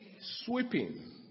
sweeping